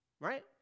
right